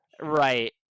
Right